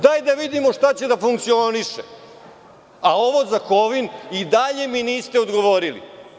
Dajte da vidimo šta će da funkcioniše, a ovo za Kovin i dalje mi niste odgovorili.